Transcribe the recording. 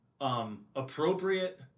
appropriate